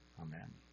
Amen